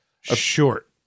Short